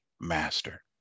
Master